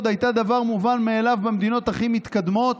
הייתה דבר מובן מאליו במדינות הכי מתקדמות,